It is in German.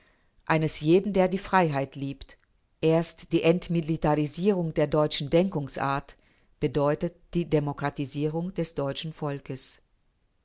eines jeden der die freiheit liebt erst die entmilitarisierung der deutschen denkungsart bedeutet die demokratisierung des deutschen volkes